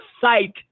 sight